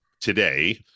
today